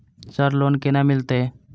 Sir loan केना मिलते?